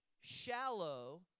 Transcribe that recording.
shallow